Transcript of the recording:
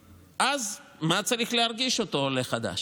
ואז, מה צריך להרגיש אותו עולה חדש?